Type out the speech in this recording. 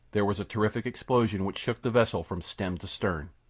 there was a terrific explosion which shook the vessel from stem to stern.